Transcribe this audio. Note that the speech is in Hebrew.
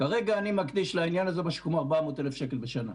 כרגע אני מקדיש לעניין הזה משהו כמו 400,000 שקל בשנה.